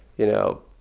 you know,